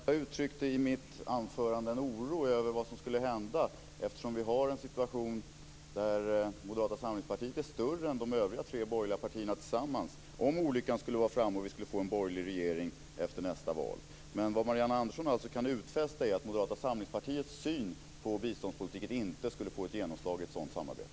Fru talman! Jag uttryckte i mitt anförande en oro över vad som skulle hända, om olyckan skulle vara framme och vi skulle få en borgerlig regering efter nästa val. Vi har nu en situation där Moderata samlingspartiet är större än de övriga tre borgerliga partierna tillsammans. Marianne Andersson kan alltså utfästa att Moderata samlingspartiets syn på biståndspolitiken inte skulle få genomslag i ett sådant samarbete.